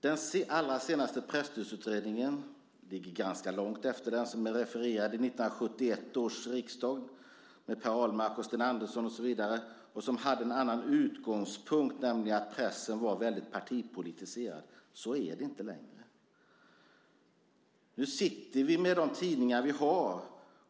Den allra senaste presstödsutredningen ligger ganska långt efter den som är refererad i 1971 års riksdag av Per Ahlmark, Sten Andersson med flera och som hade en annan utgångspunkt, nämligen att pressen var väldigt partipolitiserad. Så är det inte längre. Nu sitter vi med de tidningar vi har.